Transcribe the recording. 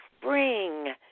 spring